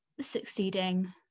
succeeding